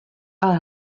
ale